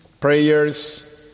prayers